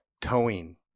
towing